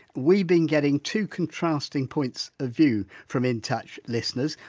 we've been getting two contrasting points of view from in touch listeners.